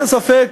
אין ספק,